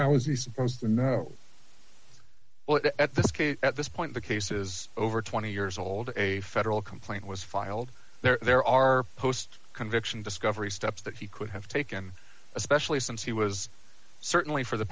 how is he supposed to know at this case at this point the case is over twenty years old a federal complaint was filed there are post conviction discovery steps that he could have taken especially since he was certainly for the